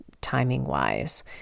timing-wise